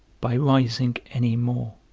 by rising any more.